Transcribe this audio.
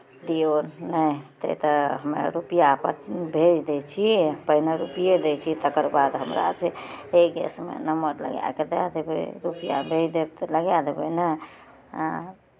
दियौ नहि हेतै तऽ हमे रुपैआ प भेज दै छी पहिने रुपैए दै छी तकरबाद हमरा से गैसमे नम्बर लागए कऽ दए देबै रुपैआ दऽ देब तऽ लगाए देबै ने आँय